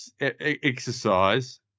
exercise